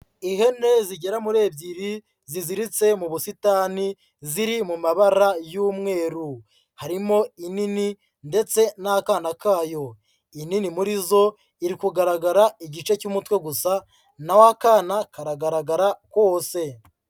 Ihene zigera muri ebyiri ziziritse mu busitani, ziri mu mabara y'umweru, harimo inini ndetse n'akana kayo, inini muri zo iri kugaragara igice cy'umutwe gusa, naho akana karagaragara kose.